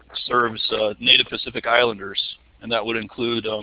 serves native pacific islanders and that would include